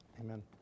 Amen